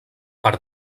per